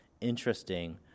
interesting